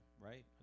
right